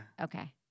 Okay